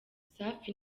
safi